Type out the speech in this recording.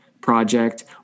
project